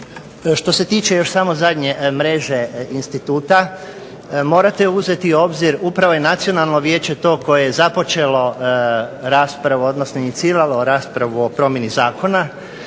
Što se tiče samo zadnje mreže instituta. Morate uzeti u obzir, upravo je Nacionalno vijeće koje je iniciralo raspravu o promjeni Zakona,